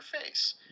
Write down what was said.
face